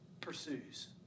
pursues